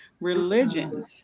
Religion